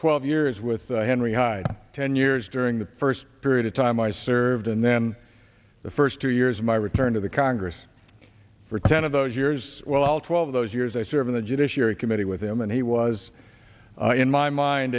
twelve years with henry hyde ten years during the first period of time i served and then the first two years of my return to the congress for ten of those years well twelve of those years i served in the judiciary committee with him and he was in my mind